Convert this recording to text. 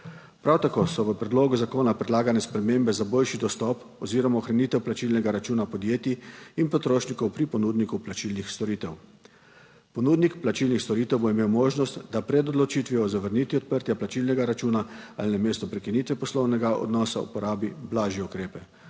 Prav tako so v predlogu zakona predlagane spremembe za boljši dostop oziroma ohranitev plačilnega računa podjetij in potrošnikov pri ponudniku plačilnih storitev. Ponudnik plačilnih storitev bo imel možnost, da pred odločitvijo o zavrnitvi odprtja plačilnega računa ali na mesto prekinitve poslovnega odnosa uporabi blažje ukrepe.